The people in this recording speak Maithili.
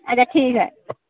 अच्छा ठीक हइ